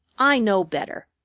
i know better.